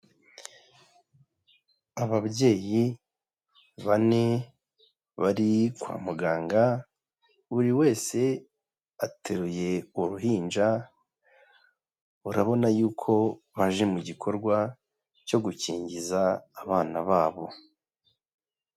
Ababyeyi bane bari kwa muganga, buri wese ateruye uruhinja, urabona y'uko baje mu gikorwa cyo gukingiza abana babo.